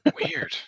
Weird